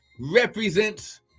represents